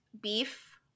beef